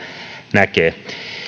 näkee